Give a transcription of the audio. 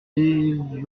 lès